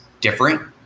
different